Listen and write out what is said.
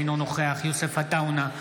אינו נוכח יוסף עטאונה,